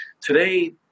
Today